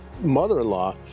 mother-in-law